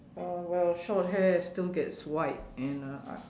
uh well short hair it still gets white and uh I